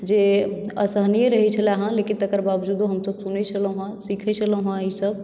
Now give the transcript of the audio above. जे असहनीय रहै छल हँ लेकिन तकर बावजूदो हमसभ सुनै छलहुँ हँ सिखै छलहुँ हँ ई सभ